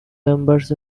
members